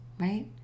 Right